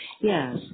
Yes